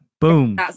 Boom